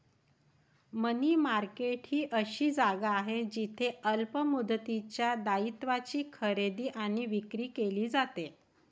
मनी market ही अशी जागा आहे जिथे अल्प मुदतीच्या दायित्वांची खरेदी आणि विक्री केली जाते